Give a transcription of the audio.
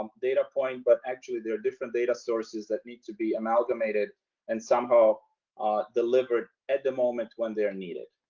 um data point, but actually there are different data sources that need to be amalgamated and somehow delivered at the moment when they're needed,